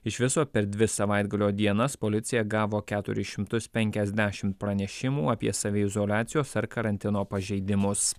iš viso per dvi savaitgalio dienas policija gavo keturis šimtus penkiasdešim pranešimų apie saviizoliacijos ar karantino pažeidimus